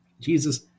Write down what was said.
Jesus